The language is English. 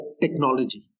technology